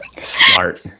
Smart